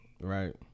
Right